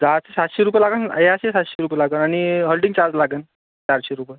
जायचे सातशे रुपये लागेल यायचे सातशे रुपये लागंल आणि हॉल्डिंग चार्ज लागेल चारशे रुपये